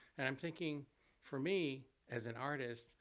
and i'm thinking for me as an artist,